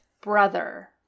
brother